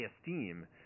esteem